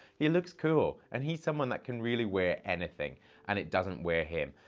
he looks cool, and he's someone that can really wear anything and it doesn't wear him.